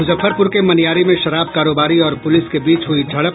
मुजफ्फरपुर के मनियारी में शराब कारोबारी और पुलिस के बीच हुयी झड़प